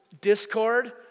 discord